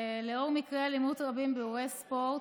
לאור מקרי אלימות רבים באירועי ספורט,